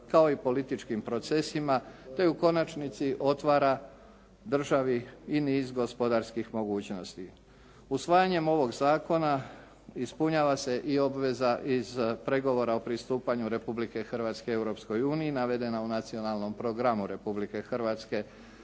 kao i političkim procesima te u konačnici otvara državi i niz gospodarskih mogućnosti. Usvajanjem ovog zakona ispunjava se i obveza iz pregovora o pristupanju Republike Hrvatske Europskoj uniji navedena u Nacionalnom programu Republike Hrvatske za